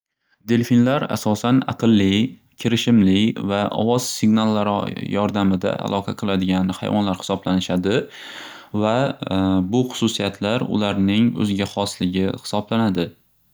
Delfinlar asosan aqilli kirishimli va ovoz signallari yordamida aloqa qiladigan hayvonlar hisoblanishadi va bu xususiyatlar ularning o'ziga xosligi xisoblanadi.